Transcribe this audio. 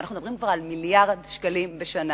ואנחנו מדברים כבר על מיליארד שקלים בשנה.